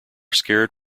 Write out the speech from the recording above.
scared